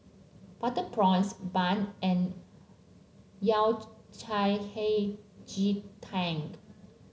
Butter Prawns Bun and Yao Cai Hei Ji Tank